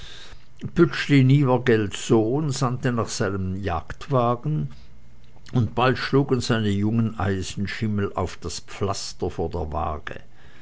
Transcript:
sohn sandte nach seinem jagdwagen und bald schlugen seine jungen eisenschimmel das pflaster vor der waage